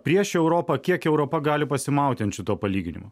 prieš europą kiek europa gali pasimauti ant šito palyginimo